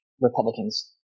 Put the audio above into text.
Republicans